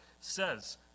says